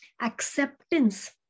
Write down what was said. acceptance